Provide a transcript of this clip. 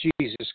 Jesus